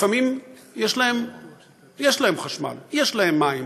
לפעמים יש להם חשמל, יש להם מים,